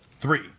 Three